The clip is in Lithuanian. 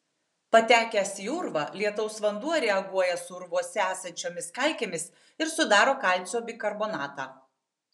patekęs į urvą lietaus vanduo reaguoja su urvuose esančiomis kalkėmis ir sudaro kalcio bikarbonatą